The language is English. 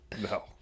no